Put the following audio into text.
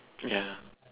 ya